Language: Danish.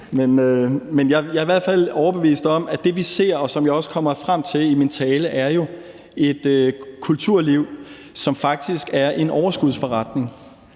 hvert fald overbevist om, at det, vi ser, hvilket jeg også kom frem til min tale, jo er et kulturliv, som faktisk er en overskudsforretning.